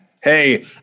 Hey